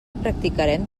practicarem